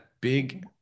big